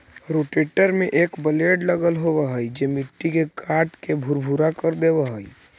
rotator में एक blade लगल होवऽ हई जे मट्टी के काटके भुरभुरा कर देवऽ हई